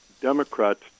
Democrats